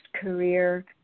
career